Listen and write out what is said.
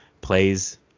plays